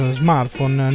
smartphone